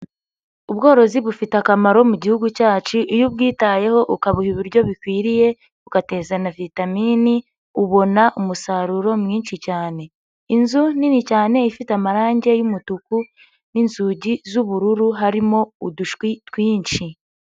Ubworozi bufite akamaro mu gihugu cyacu iyo ubyitayeho ukabiha ibiryo bikwiriye ugateza na vitaminini, ubona umusaruro mwinshi cyane. Inzu nini cyane ifite amarange y'umutuku n'inzugi z'ubururu, harimo udushwi twinshi.